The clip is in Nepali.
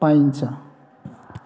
पाइन्छ